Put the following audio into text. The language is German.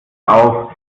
auf